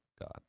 God